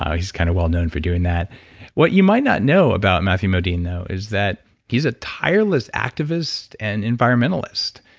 he's kind of well-known for doing that what you might not know about matthew modine though is that he's a tireless activist and environmentalist,